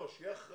לא, שיהיה אחראי.